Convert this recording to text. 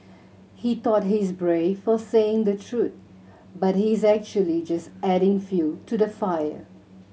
he thought he's brave for saying the truth but he is actually just adding fuel to the fire